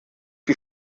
die